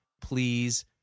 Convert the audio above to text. please